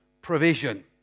Provision